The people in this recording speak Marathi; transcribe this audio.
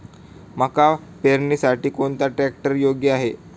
मका पेरणीसाठी कोणता ट्रॅक्टर योग्य आहे?